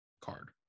card